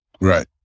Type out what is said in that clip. Right